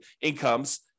incomes